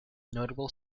notable